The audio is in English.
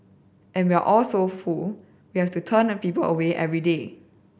and we are so full we have to turn people away every day